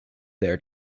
there